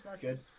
Good